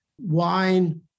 wine